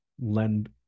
lend